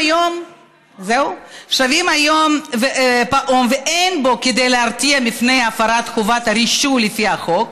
אין בהם כדי להרתיע מפני הפרת חובת הרישוי לפי החוק.